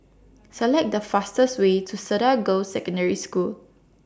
Select The fastest Way to Cedar Girls' Secondary School